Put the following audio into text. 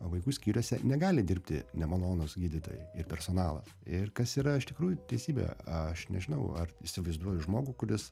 vaikų skyriuose negali dirbti nemalonūs gydytojai ir personalas ir kas yra iš tikrųjų teisybė aš nežinau ar įsivaizduoju žmogų kuris